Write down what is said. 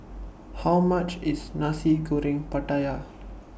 How much IS Nasi Goreng Pattaya